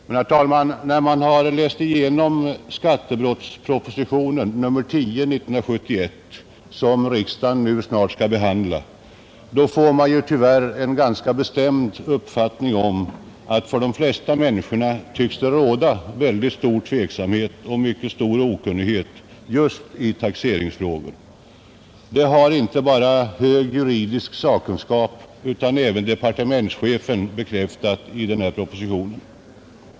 Men, herr talman, när man läst igenom skattebrottspropositionen, propositionen 10 år 1971, som riksdagen snart skall behandla, får man tyvärr en ganska bestämd uppfattning om att det för de flesta människor tycks råda en mycket stor tveksamhet och okunnighet just i taxeringsfrågor. Det har inte bara hög juridisk sakkunskap utan även departementschefen bekräftat i denna proposition.